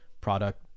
product